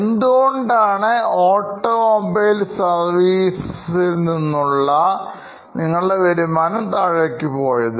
എന്തുകൊണ്ടാണ് automobile service സർവീസിൽ നിന്നുള്ള നിങ്ങളുടെ വരുമാനം താഴേക്ക് പോയത്